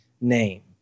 name